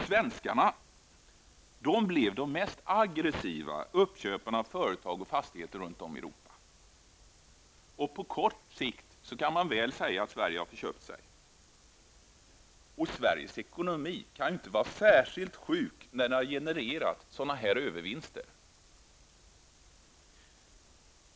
Svenskarna blev de mest aggressiva uppköparna av företag och fastigheter ute i Europa. Man kan väl säga att Sverige på kort sikt har förköpt sig. Sveriges ekonomi kan inte vara särskilt sjuk när den har genererat sådana övervinster.